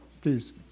please